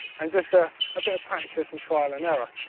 and just a ah bit of practise and trial and error.